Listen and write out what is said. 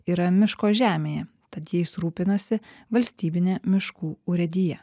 yra miško žemėje tad jais rūpinasi valstybinė miškų urėdija